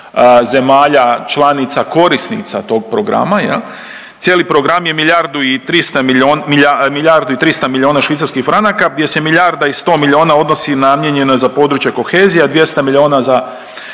zemalja članica korisnica tog programa. Cijeli program je milijardu i 300 milijuna švicarskih franaka gdje se milijarda i 100 milijuna odnosi namijenjeno je za područje kohezije, a 200 milijuna